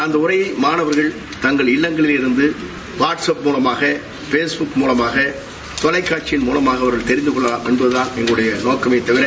அந்த உரைஎய மாணவர்கள் தங்கள் இல்லங்களிலிருந்து வாட்ஸ் அப் மூலமாக பேஸ்புக் மூலமாக தொலைக்காட்சி முலமாகவும் தெரிந்து கொள்ளலாம் என்பதுதான் எங்களுடைய நோக்கமே தவிர்